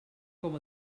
com